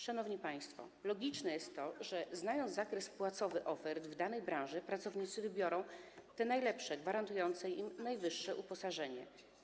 Szanowni państwo, logiczne jest to, że znając zakres płacowy ofert w danej branży, pracownicy wybiorą te najlepsze, gwarantujące im najwyższe uposażenie.